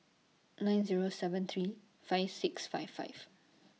nine Zero seven three five five six six